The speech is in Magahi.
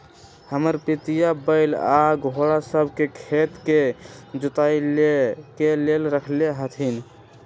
हमर पितिया बैल आऽ घोड़ सभ के खेत के जोताइ के लेल रखले हथिन्ह